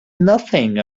nothing